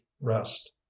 rest